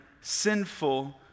sinful